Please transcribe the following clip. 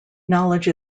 knowledge